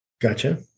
Gotcha